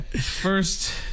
First